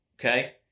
Okay